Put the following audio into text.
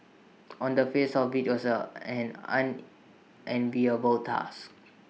on the face of IT it was an unenviable task